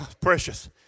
precious